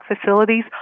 facilities